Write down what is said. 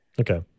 Okay